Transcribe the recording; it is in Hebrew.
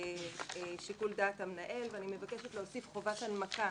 שיקול דעת המנהל ואני מבקשת להוסיף חובת הנמקה